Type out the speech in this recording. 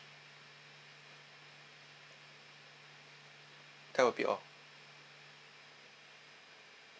that will be all